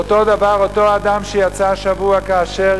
ואותו דבר אותו אדם שיצא השבוע כאשר